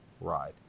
ride